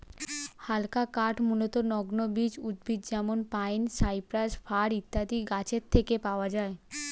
হালকা কাঠ মূলতঃ নগ্নবীজ উদ্ভিদ যেমন পাইন, সাইপ্রাস, ফার ইত্যাদি গাছের থেকে পাওয়া যায়